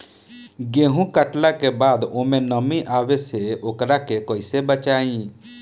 गेंहू कटला के बाद ओमे नमी आवे से ओकरा के कैसे बचाई?